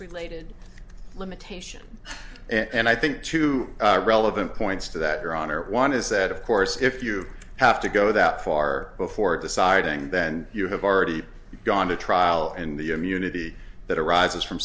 related limitation and i think to relevant points to that your honor one is that of course if you have to go that far before deciding then you have already gone to trial and the immunity that arises from